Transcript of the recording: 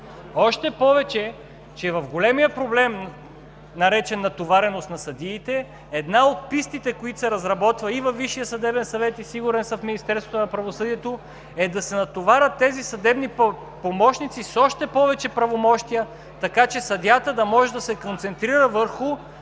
Още повече че в големия проблем, наречен „натовареност на съдиите“, една от пистите, които се разработва и във Висшия съдебен съвет, сигурен съм, и в Министерството на правосъдието, е да се натоварят тези съдебни помощници с още повече правомощия, така че съдията да може да се концентрира върху